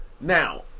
Now